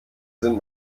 sind